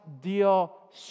deal